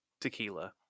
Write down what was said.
tequila